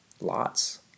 lots